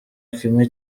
kimwe